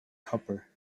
copper